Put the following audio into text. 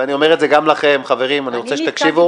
ואני רוצה שגם משרד המשפטים יקשיבו.